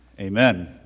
amen